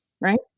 right